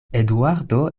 eduardo